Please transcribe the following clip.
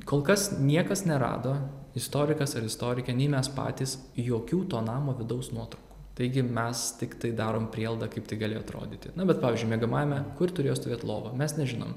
kol kas niekas nerado istorikas ar istorikė nei mes patys jokių to namo vidaus nuotraukų taigi mes tiktai darom prielaidą kaip tai galėjo atrodyti na bet pavyzdžiui miegamajame kur turėjo stovėt lova mes nežinom